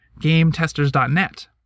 gametesters.net